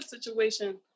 situation